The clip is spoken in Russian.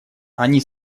они